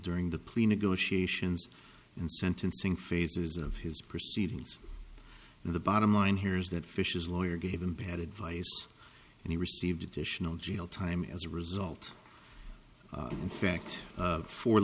during the plea negotiations and sentencing phases of his proceedings and the bottom line here is that fisher's lawyer gave him bad advice and he received additional jail time as a result in fact